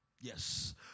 Yes